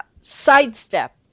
sidestep